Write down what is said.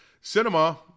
Cinema